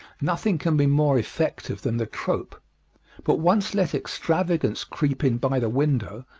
nothing can be more effective than the trope but once let extravagance creep in by the window,